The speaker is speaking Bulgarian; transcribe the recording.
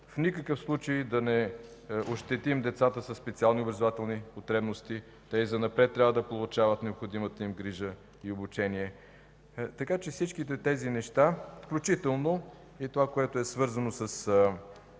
В никакъв случай да не ощетим децата със специални образователни потребности. Те и занапред трябва да получават необходимата им грижа и обучение. Всичките тези неща, включително и това, което е свързано с